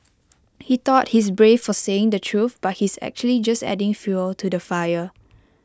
he thought he's brave for saying the truth but he's actually just adding fuel to the fire